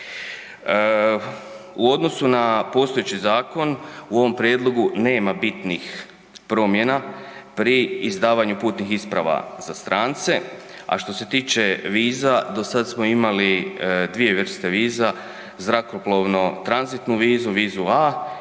U odnosu na postojeći zakon u ovom prijedlogu nema bitnih promjena pri izdavanju putnih isprava za strance, a što se tiče viza, do sad smo imali dvije vrste viza, zrakoplovno tranzitnu vizu, vizu A i